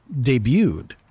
debuted